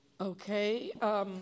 Okay